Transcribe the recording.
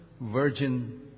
virgin